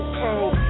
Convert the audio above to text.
cold